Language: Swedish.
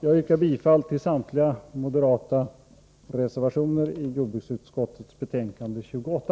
Jag yrkar bifall till samtliga moderata reservationer i jordbruksutskottets betänkande 28.